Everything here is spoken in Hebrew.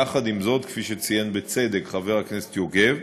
יחד עם זאת, כפי שציין, בצדק, חבר הכנסת יוגב,